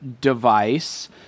device